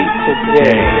today